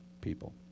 people